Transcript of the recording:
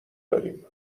داریم